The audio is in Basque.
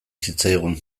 zitzaigun